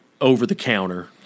over-the-counter –